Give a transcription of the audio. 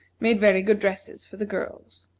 made very good dresses for the girls.